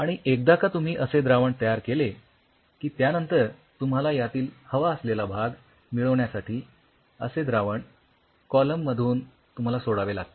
आणि एकदा का तुम्ही असे द्रावण तयार केले की त्यानंतर तुम्हाला यातील हवा असलेला भाग मिळविण्यासाठी असे द्रावण कॉलम मधून तुम्हाला सोडावे लागते